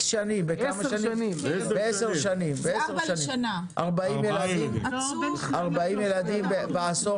בעשר שנים, 40 ילדים בעשור